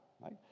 right